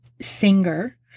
Singer